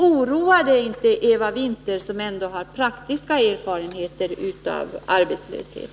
Oroar det inte Eva Winther, som ändå har praktiska erfarenheter av arbetslöshet?